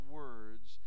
words